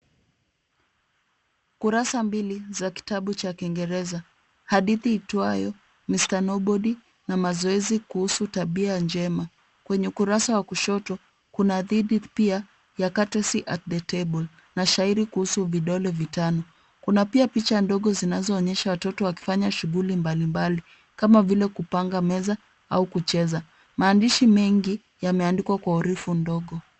Kurasa mbili za kitabu cha kingereza, hadithi itwayo Mr. Nobody na mazoezi kuhusu tabia njema. Kwenye ukurasa wa kushoto kuna hadithi pia ya Courteous At The Table , na shairi kuhusu vidole vitano. Kuna pia picha ndogo zinazoonyesha watoto wakifanya shughuli mbalimbali, kama vile kupanga meza au kucheza. Maandishi mengi yameandikwa kwa herufi ndogo.